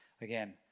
Again